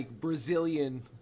Brazilian